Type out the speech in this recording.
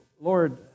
Lord